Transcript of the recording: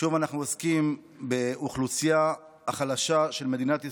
שוב אנחנו עוסקים באוכלוסייה החלשה של מדינת ישראל,